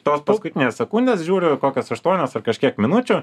tos paskutinės sekundės žiūriu kokios aštuonios ar kažkiek minučių